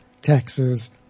taxes